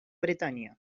bretaña